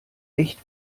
echt